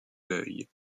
l’œil